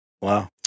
Wow